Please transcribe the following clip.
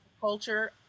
culture